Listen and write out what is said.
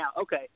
Okay